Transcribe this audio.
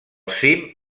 cim